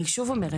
אני אומרת שוב,